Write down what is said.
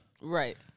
right